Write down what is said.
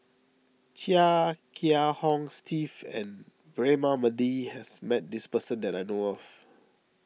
Chia Kiah Hong Steve and Braema Mathi has met this person that I know of